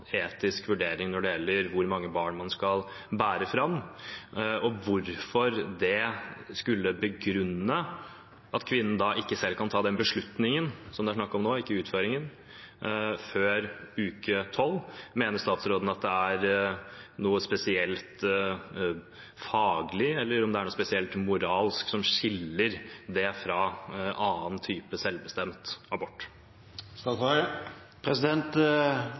etisk vurdering når det gjelder hvor mange barn man skal bære fram, og hvorfor det skulle begrunne at ikke kvinnen selv kan ta den beslutningen – som det er snakk om nå, ikke utføringen – før uke tolv. Mener statsråden at det er noe spesielt faglig eller noe spesielt moralsk som skiller det fra annen type selvbestemt abort?